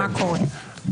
מה קורה אחרי המליאה?